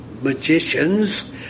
magicians